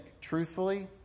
Truthfully